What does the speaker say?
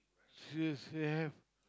she she have